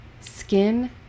skin